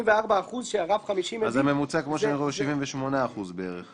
84% שהרף 50 --- אז הממוצע כמו שאני רואה הוא 78% בערך.